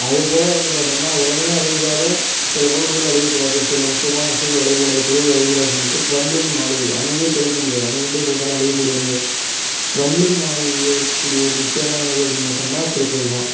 அதுபோல் வந்து பார்த்தோம்னா உலகமே அழிஞ்சாலும் சில நூல்கள் அழியக்கூடாது சில முக்கியமான விஷயங்கள் அழியக்கூடாது பொருள்கள் அழியக்கூடாதுனு சொல்லிப்புகிட்டு க்ரம்பிளிங் மாளிகை அணுவே துளைக்க முடியாது அணுகுண்டே போட்டாலும் அழியக்கூடாதமே க்ரம்பிளிங் மாளிகையிலே இருக்கக்கூடிய ஒரு முக்கியமான நூல் அப்படின்னு பார்த்தோம்னா திருக்குறள் தான்